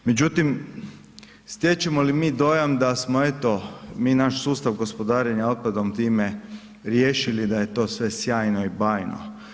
Međutim, stječemo li mi dojam da smo eto, mi naš sustav gospodarenja otpadom time riješili, da je to sve sjajno i bajno?